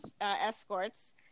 escorts